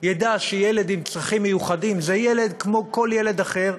יידע שילד עם צרכים מיוחדים זה ילד כמו כל ילד אחר,